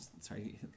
Sorry